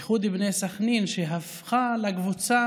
איחוד בני סח'נין, שהפכה לקבוצה